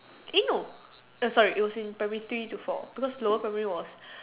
eh no sorry it was in primary three to four because lower primary was